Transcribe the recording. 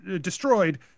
destroyed